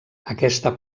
aquesta